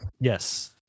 yes